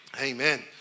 Amen